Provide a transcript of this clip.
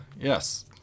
yes